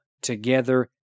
together